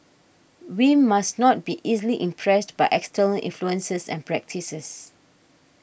we must not be easily impressed by external influences and practices